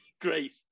Great